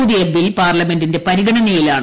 പുതിയ ബിൽ പാർലമെന്റിന്റെ പരിഗണനയിലാണ്